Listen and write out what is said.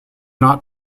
not